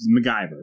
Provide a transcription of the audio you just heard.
MacGyver